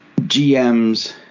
GMs